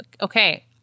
okay